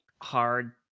hard